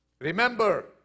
Remember